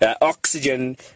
Oxygen